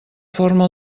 forma